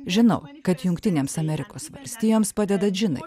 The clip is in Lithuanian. žinau kad jungtinėms amerikos valstijoms padeda džinai